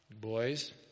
Boys